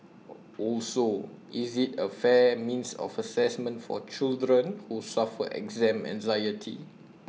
also is't A fair means of Assessment for children who suffer exam anxiety